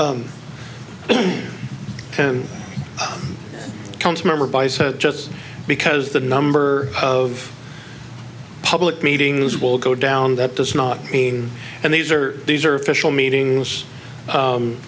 said just because the number of public meetings will go down that does not mean and these are these are official meetings